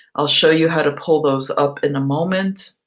i'll show you how to pull those up in a moment.